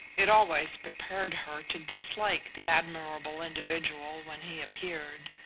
it always prepared her to dislike the admirable individual when he appeared.